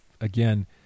again